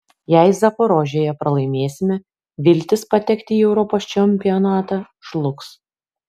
jei zaporožėje pralaimėsime viltys patekti į europos čempionatą žlugs